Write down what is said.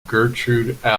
gertrude